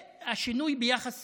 והשינוי ביחס